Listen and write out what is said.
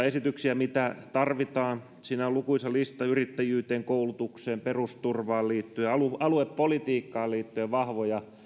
esityksiä mitä tarvitaan siinä on lukuisa lista yrittäjyyteen koulutukseen perusturvaan liittyen aluepolitiikkaan liittyen vahvoja